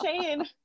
Shane